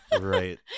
Right